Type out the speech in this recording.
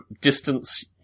distance